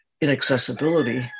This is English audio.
inaccessibility